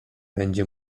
będzie